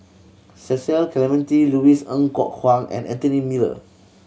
Cecil Clementi Louis Ng Kok Kwang and Anthony Miller